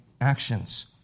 actions